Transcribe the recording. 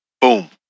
Boom